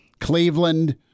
Cleveland